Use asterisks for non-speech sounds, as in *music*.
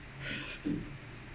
*laughs*